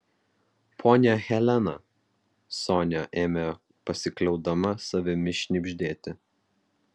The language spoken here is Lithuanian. ponia helena sonia ėmė pasikliaudama savimi šnibždėti